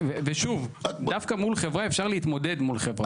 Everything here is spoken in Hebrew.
ושוב, דווקא מול חברה אפשר להתמודד, מול חברה.